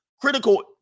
critical